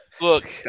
Look